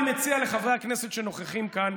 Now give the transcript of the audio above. אני מציע לחברי הכנסת שנוכחים כאן,